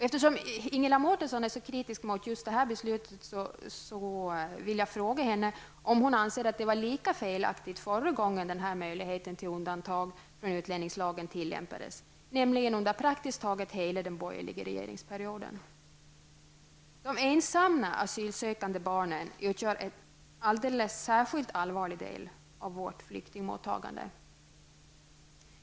Eftersom Ingela Mårtensson är så kritisk mot just decemberbeslutet, vill jag fråga henne om hon anser att det var lika felaktigt förra gången den här möjligheten till undantag från utlänningslagen tillämpades, nämligen under praktiskt taget hela den borgerliga regeringsperioden. De ensamma asylsökande barnen utgör en alldeles särskilt allvarlig del av vårt flyktingmottagande.